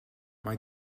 mae